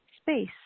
space